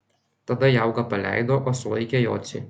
tada jaugą paleido o sulaikė jocį